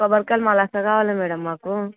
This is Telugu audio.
కొబ్బరికాయలు మళ్ళీ ఎలా రావాలి మేడం మాకు